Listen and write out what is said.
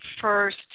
first